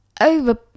over